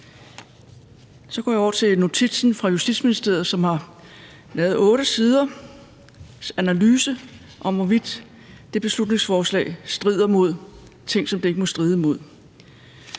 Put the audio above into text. Så går jeg over til notitsen fra Justitsministeriet, som har lavet otte siders analyse af, hvorvidt det beslutningsforslag strider mod ting, som det ikke må stride mod.